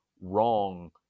wrong